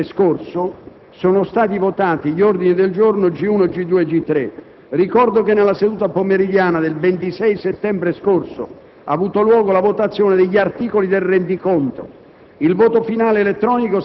del 27 settembre sono stati votati gli ordini del giorno G1, G2 e G3. Ricordo altresì che nella seduta pomeridiana del 26 settembre ha avuto luogo la votazione degli articoli del rendiconto.